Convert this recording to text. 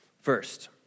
First